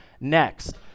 next